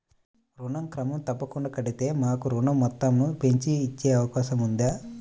ఋణం క్రమం తప్పకుండా కడితే మాకు ఋణం మొత్తంను పెంచి ఇచ్చే అవకాశం ఉందా?